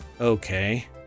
Okay